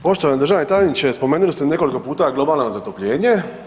Poštovani državni tajniče, spomenuli ste nekoliko puta globalno zatopljenje.